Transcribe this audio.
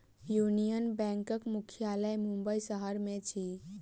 union बैंकक मुख्यालय मुंबई शहर में अछि